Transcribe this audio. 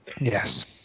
Yes